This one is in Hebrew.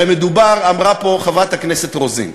הרי מדובר, אמרה פה חברת הכנסת רוזין,